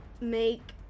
make